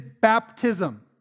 baptism